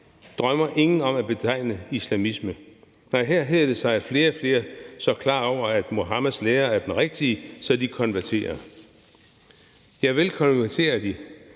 drømmer ingen om at betegne som islamisme. Nej, her hedder det sig, at flere og flere bliver så klar over, at Muhammeds lære er den rigtige, at de konverterer. Ja, vel konverterer de,